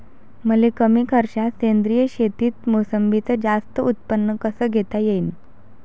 मले कमी खर्चात सेंद्रीय शेतीत मोसंबीचं जास्त उत्पन्न कस घेता येईन?